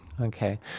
okay